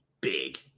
big